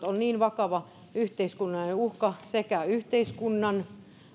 ovat vakava yhteiskunnallinen uhka sekä yhteiskunnan